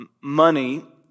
money